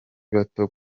bato